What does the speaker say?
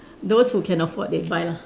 those who can afford they buy lah